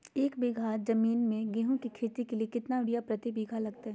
एक बिघा जमीन में गेहूं के खेती के लिए कितना यूरिया प्रति बीघा लगतय?